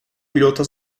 pilota